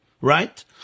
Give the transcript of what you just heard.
right